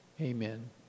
Amen